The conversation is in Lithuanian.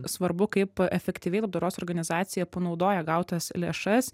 svarbu kaip efektyviai labdaros organizacija panaudoja gautas lėšas